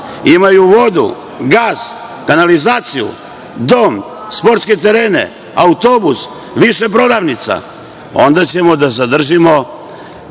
imaju vodu, gas, kanalizaciju, dom, sportske terene, autobus, više prodavnica, onda ćemo da zadržimo